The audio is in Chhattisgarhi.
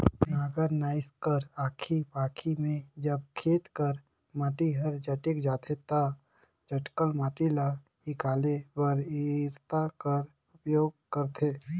नांगर नाएस कर आखी पाखी मे जब खेत कर माटी हर जटेक जाथे ता जटकल माटी ल हिकाले बर इरता कर उपियोग करथे